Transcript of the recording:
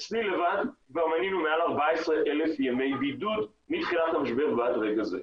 אצלי לבד כבר מנינו מעל 14,000 ימי בידוד מתחילת המשבר ועד רגע זה.